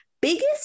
biggest